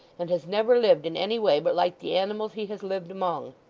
and has never lived in any way but like the animals he has lived among,